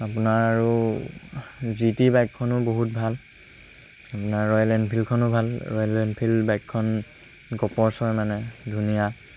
আপোনাৰ আৰু G T বাইকখনো বহুত ভাল আপোনাৰ ৰয়েল এনফিল্ডখনো ভাল ৰয়েল এনফিল্ড বাইকখন গপচ হয় মানে ধুনীয়া